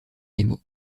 nemo